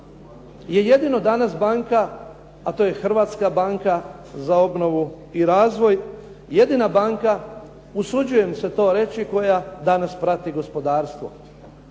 je jedino danas banka, a to je Hrvatska banka za obnovu i razvoj jedina banka, usuđujem se to reći, koja danas prati gospodarstvo.